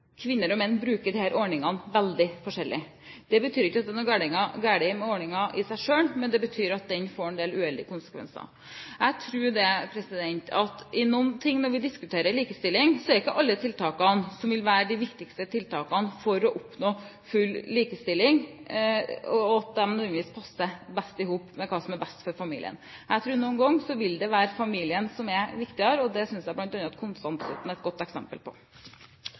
kvinner og menn bruker disse ordningene veldig forskjellig. Det betyr ikke at det er noe galt med ordningen i seg selv, men det betyr at den får en del uheldige konsekvenser. Jeg tror at på noen områder når vi diskuterer likestilling, er det ikke alle tiltakene som vil være de viktigste tiltakene for å oppnå full likestilling og at de nødvendigvis passer best i hop med hva som er best for familien. Jeg tror at noen ganger vil det være familien som er viktigere, og det synes jeg bl.a. at kontantstøtten er et godt eksempel på.